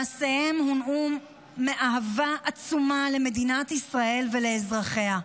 מעשיהם הונעו מאהבה עצומה למדינת ישראל ולאזרחיה.